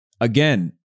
again